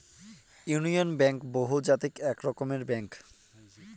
union bank বহুজাতিক এক রকমের ব্যাঙ্ক